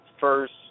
first